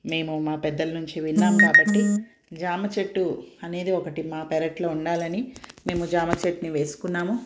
మేము మా పెద్దల నుంచి విన్నాం కాబట్టి జామ చెట్టు అనేది ఒకటి మా పెరట్లో ఉండాలని మేము జామ చెట్టుని వేసుకున్నాము